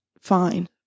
fine